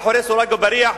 מאחורי סורג ובריח,